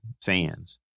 Sands